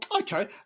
Okay